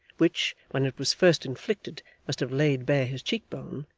which when it was first inflicted must have laid bare his cheekbone,